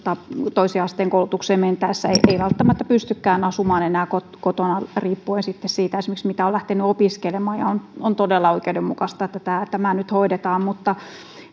toisen asteen koulutukseen mentäessä ei välttämättä pystytäkään asumaan enää kotona kotona riippuen esimerkiksi siitä mitä on lähdetty opiskelemaan on on todella oikeudenmukaista että tämä tämä nyt hoidetaan mutta